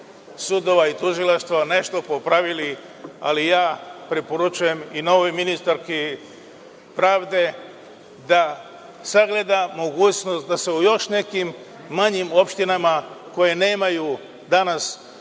sudova i tužilaštva nešto popravili, ali preporučujem i novoj ministarki pravde da sagleda mogućnost da se u još nekim manjim opštinama, koje nemaju danas